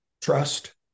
trust